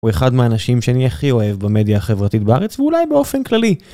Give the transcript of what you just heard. הוא אחד מהאנשים שאני הכי אוהב במדיה החברתית בארץ ואולי באופן כללי.